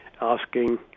asking